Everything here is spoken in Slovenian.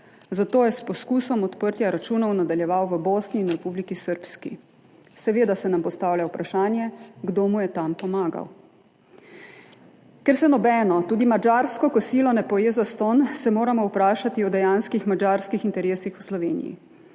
zato je s poskusom odprtja računov nadaljeval v Bosni in v Republiki Srbski. Seveda se nam postavlja vprašanje, kdo mu je tam pomagal. Ker se nobeno, tudi madžarsko kosilo, ne poje zastonj, se moramo vprašati o dejanskih madžarskih interesih v Sloveniji.